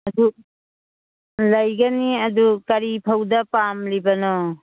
ꯑꯗꯨ ꯂꯩꯒꯅꯤ ꯑꯗꯨ ꯀꯔꯤ ꯐꯧꯗ ꯄꯥꯝꯂꯤꯕꯅꯣ